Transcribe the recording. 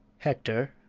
hector,